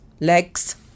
legs